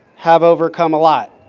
have overcome a lot.